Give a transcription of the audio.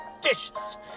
dishes